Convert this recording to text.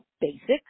Basic